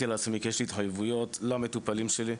לעצמי כי יש לי התחייבויות למטופלים שלי.